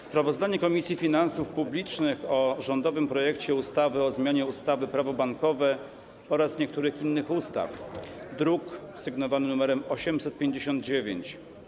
Sprawozdanie Komisji Finansów Publicznych o rządowym projekcie ustawy o zmianie ustawy - Prawo bankowe oraz niektórych innych ustaw, druk sygnowany numerem 859.